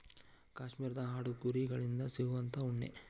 ಕಾಶ್ಮೇರದ ಆಡು ಕುರಿ ಗಳಿಂದ ಸಿಗುವಂತಾ ಉಣ್ಣಿ